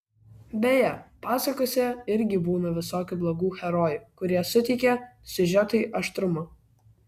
beje pasakose irgi būna visokių blogų herojų kurie suteikia siužetui aštrumo